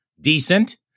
decent